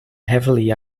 heavily